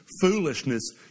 foolishness